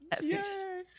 Yay